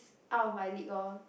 out of my league orh